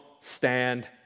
stand